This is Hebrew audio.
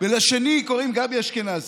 ולשני קוראים גבי אשכנזי.